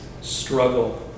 struggle